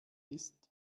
ist